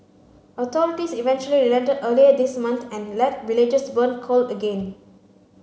authorities eventually relented earlier this month and let villagers burn coal again